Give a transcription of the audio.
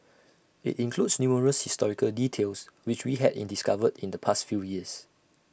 IT includes numerous historical details which we had discovered in the past few years